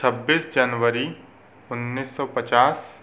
छब्बीस जनवरी उन्नीस सौ पचास